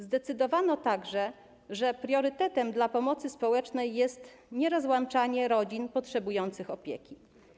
Zdecydowano także, że priorytetem dla pomocy społecznej jest nierozłączanie rodzin potrzebujących opieki.